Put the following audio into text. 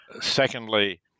Secondly